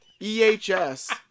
EHS